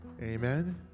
amen